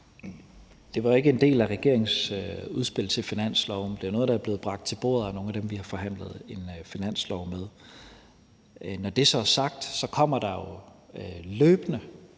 Det var jo ikke en del af regeringens udspil til finanslov, men det er noget, der er blevet bragt ind til bordet af nogle af dem, vi har forhandlet en finanslov med. Når det så er sagt, kommer der jo løbende